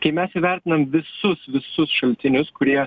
kai mes įvertinam visus visus šaltinius kurie